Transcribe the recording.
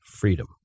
freedom